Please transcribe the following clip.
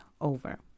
over